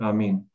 Amen